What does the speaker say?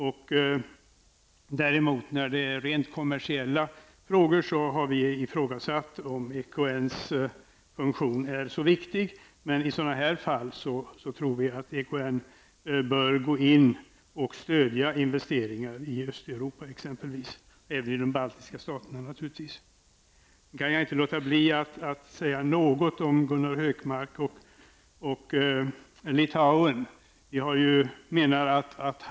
När det däremot rör sig om rent kommersiella frågor ifrågasätter vi om EKNs funktion är så viktig. Men i andra fall bör EKN gå in och stödja investeringar i Östeuropa och naturligtvis även i de baltiska staterna. Jag kan inte låta bli att säga något om Gunnar Hökmark och Litauen.